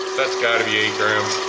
that's gotta be eight grams.